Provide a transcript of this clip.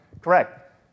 correct